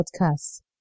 podcast